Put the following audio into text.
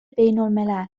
بینالملل